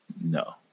No